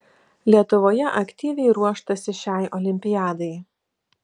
lietuvoje aktyviai ruoštasi šiai olimpiadai